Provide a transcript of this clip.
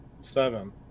Seven